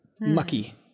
mucky